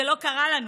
זה לא קרה לנו,